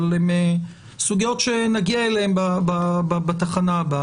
אבל הן סוגיות שנגיע אליהן בתחנה הבאה.